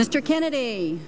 mr kennedy